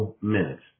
minutes